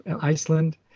Iceland